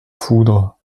foudre